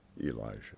Elijah